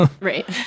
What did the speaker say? Right